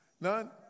None